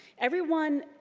everyone,